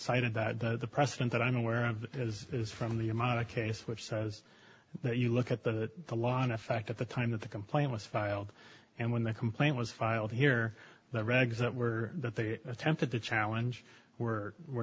cited that the precedent that i'm aware of as is from the amount of case which says that you look at that the law in effect at the time that the complaint was filed and when the complaint was filed here the regs that were that they attempted to challenge were were